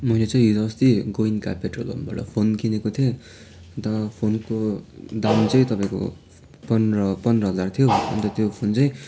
मैले चाहिँ हिजोअस्ति गोइङ्का पेट्रोल पम्पबाट फोन किनेको थिएँ अन्त फोनको दाम चाहिँ तपाईँको पन्ध्र पन्ध्र हजार थियो अन्त त्यो फोन चाहिँ